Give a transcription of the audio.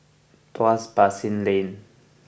Tuas Basin Lane